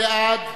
בעד,